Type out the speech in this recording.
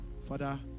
Father